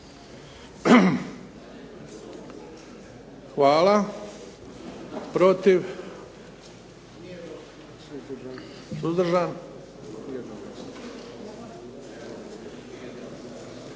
Hvala. Protiv? Suzdržan?